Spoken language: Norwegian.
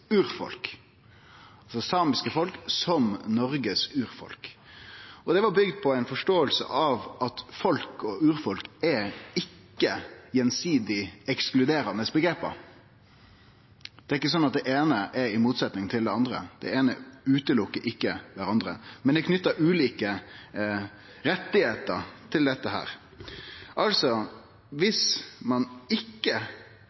urfolk, altså «det samiske folk, som landets urfolk». Det var bygd på ei forståing av at «folk» og «urfolk» ikkje er gjensidig ekskluderande omgrep. Det er ikkje slik at det eine står i motsetnad til det andre. Det eine utelèt ikkje det andre, men det er knytt ulike rettar til dette: